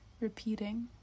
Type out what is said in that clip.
repeating